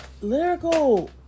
lyrical